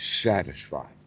satisfied